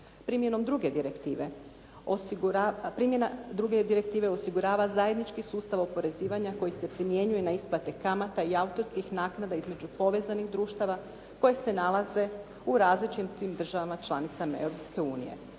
Primjena druge direktive osigurava zajednički sustav oporezivanja koji se primjenjuje na isplate kamata i autorskih naknada između povezanih društava koje se nalaze u različitim državama članica Europske unije.